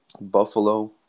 Buffalo